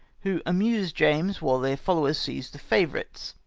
who amused james while their followers seized the favourites.